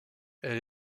elle